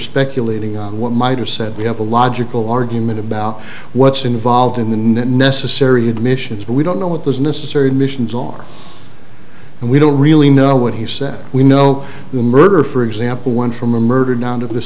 speculating on what might have said we have a logical argument about what's involved in the necessary admissions but we don't know what was necessary admissions are and we don't really know what he said we know the murder for example one from a murder down to the